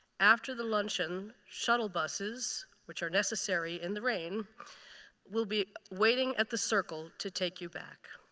after the luncheon, shuttle buses which are necessary in the rain will be waiting at the circle to take you back.